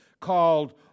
called